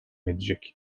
edecek